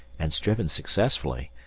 and striven successfully,